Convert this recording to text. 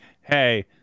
hey